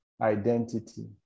identity